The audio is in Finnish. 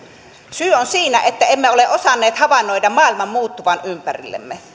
syy on siinä että emme ole osanneet havainnoida maailman muuttuvan ympärillämme